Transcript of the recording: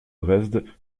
dresde